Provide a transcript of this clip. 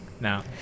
No